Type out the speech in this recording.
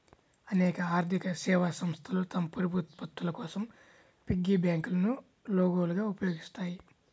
అనేక ఆర్థిక సేవా సంస్థలు తమ పొదుపు ఉత్పత్తుల కోసం పిగ్గీ బ్యాంకులను లోగోలుగా ఉపయోగిస్తాయి